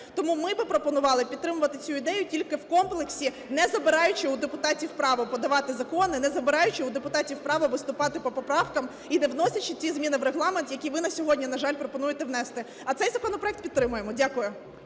Тому ми би пропонували підтримувати цю ідею тільки в комплексі, не забираючи у депутатів право подавати закони, не забираючи у депутатів право виступати по поправках, і не вносячи ті зміни в Регламент, які ви на сьогодні, на жаль, пропонуєте внести. А цей законопроект підтримаємо. Дякую.